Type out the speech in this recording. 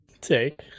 take